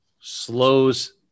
slows